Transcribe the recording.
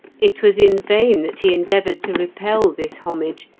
it was in vain that he endeavoured to repel this homage,